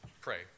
pray